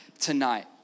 tonight